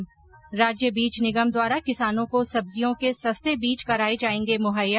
्र राज्य बीज निगम द्वारा किसानों को सब्जियों के सस्ते बीज कराए जाएंगे मुहैया